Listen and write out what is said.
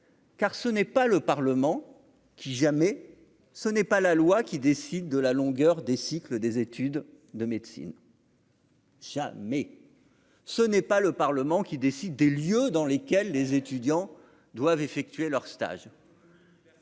Car ce n'est pas le Parlement qui jamais, ce n'est pas la loi qui décide de la longueur des cycles des études de médecine. Mais ce n'est pas le Parlement qui décide des lieux dans lesquels les étudiants doivent effectuer leur stage.